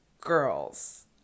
girls